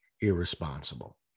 irresponsible